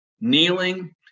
kneeling